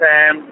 Sam